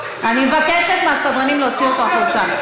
אני מבקשת מהסדרנים להוציא אותו החוצה.